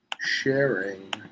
Sharing